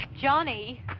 Johnny